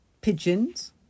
Pigeons